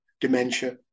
dementia